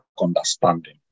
understanding